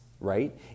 right